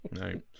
right